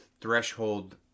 threshold